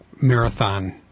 marathon